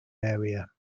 area